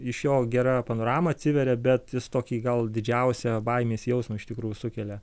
iš jo gera panorama atsiveria bet jis tokį gal didžiausią baimės jausmą iš tikrųjų sukelia